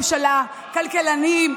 בגלל ששמו אותך סגנית שר?